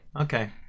Okay